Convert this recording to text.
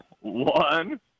one